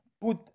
put